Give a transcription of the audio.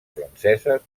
franceses